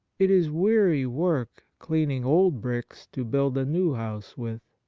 it is weary work cleaning old bricks to build a new house with.